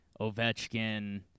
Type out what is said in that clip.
ovechkin